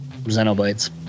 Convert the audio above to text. Xenoblades